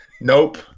Nope